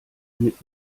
mit